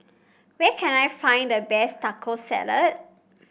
where can I find the best Taco Salad